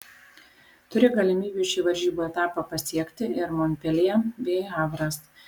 turi galimybių šį varžybų etapą pasiekti ir monpeljė bei havras